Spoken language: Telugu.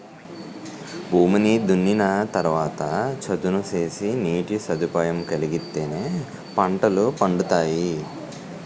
భూమిని దున్నిన తరవాత చదును సేసి నీటి సదుపాయం కలిగిత్తేనే పంటలు పండతాయి